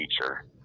feature